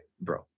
bro